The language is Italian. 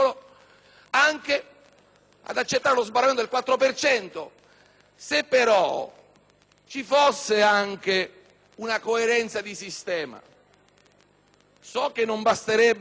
ad accettare lo sbarramento del 4 per cento, se però ci fosse anche una coerenza di sistema. So che non basterebbe il voto degli amici della Lega,